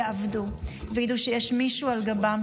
הרשויות יעבדו וידעו שיש מישהו על גבן,